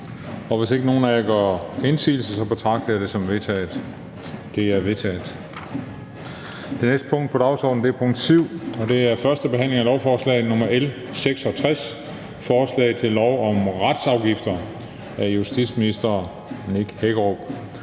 Hvis ikke nogen af jer gør indsigelse, betragter jeg det som vedtaget. Det er vedtaget. --- Det næste punkt på dagsordenen er: 7) 1. behandling af lovforslag nr. L 66: Forslag til lov om retsafgifter. Af justitsministeren (Nick Hækkerup).